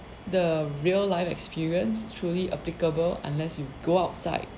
the real life experience truly applicable unless you go outside